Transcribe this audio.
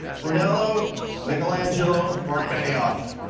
brunello, michelangelo, marc benioff.